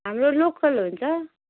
हाम्रो लोकल हुन्छ